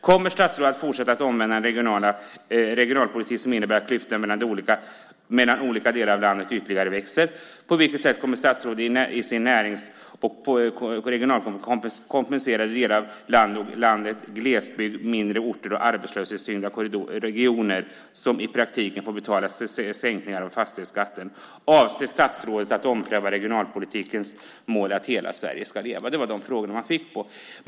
Kommer statsrådet att fortsätta den omvända regionalpolitiken, som innebär att klyftorna mellan olika delar av landet ytterligare växer? På vilket sätt kommer statsrådet i sin närings och regionalpolitik att kompensera de delar av landet - glesbygd, mindre orter och arbetslöshetstyngda regioner - som i praktiken får betala sänkningen av fastighetsskatten? Avser statsrådet att ompröva regionalpolitikens mål att hela Sverige ska leva? Det var de frågor som ställdes.